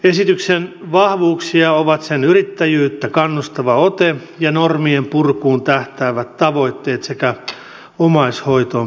esityksen vahvuuksia ovat sen yrittäjyyttä kannustava ote ja normien purkuun tähtäävät tavoitteet sekä omaishoitoon panostaminen